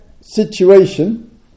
situation